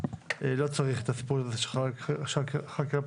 לא צריך את הסיפור הזה של חקירה פלילית.